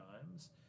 times